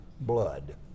blood